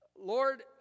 Lord